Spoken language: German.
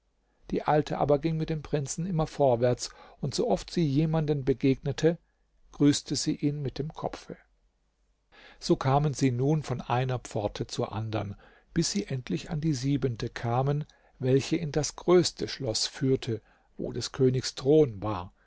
die alte aber ging mit dem prinzen immer vorwärts und so oft sie jemanden begegnete grüßte sie ihn mit dem kopfe so kamen sie nun von einer pforte zur andern bis sie endlich an die siebente kamen welche in das größte schloß führte wo des königs thron war